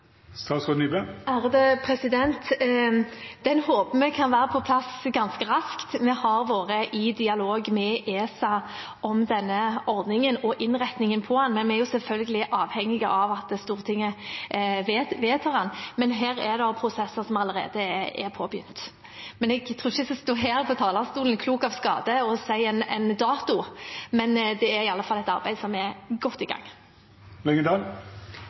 Den håper vi kan være på plass ganske raskt. Vi har vært i dialog med ESA om denne ordningen og innretningen på den. Vi er selvfølgelig avhengige av at Stortinget vedtar den, men her er det prosesser som allerede er påbegynt. Jeg tror ikke jeg skal stå her på talerstolen – klok av skade – og si en dato, men det er iallfall et arbeid som er godt i